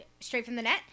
StraightFromTheNet